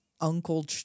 uncle